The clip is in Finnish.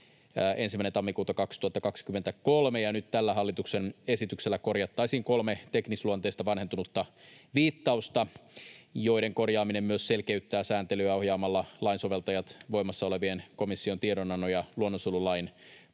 1. tammikuuta 2023, ja nyt tällä hallituksen esityksellä korjattaisiin kolme teknisluonteista, vanhentunutta viittausta, joiden korjaaminen myös selkeyttää sääntelyä ohjaamalla lain soveltajat voimassa olevien komission tiedonannon ja luonnonsuojelulain pariin.